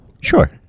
Sure